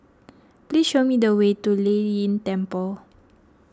please show me the way to Lei Yin Temple